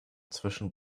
zwischen